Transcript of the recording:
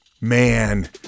Man